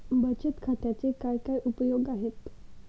बचत खात्याचे काय काय उपयोग आहेत?